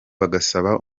bagasaba